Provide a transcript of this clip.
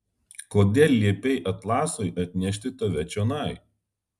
kodėl liepei atlasui atnešti tave čionai